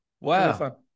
Wow